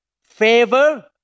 favor